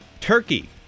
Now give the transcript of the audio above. turkey